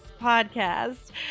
Podcast